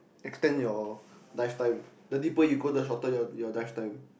extend your lifetime the deeper you go the shorter your your lifetime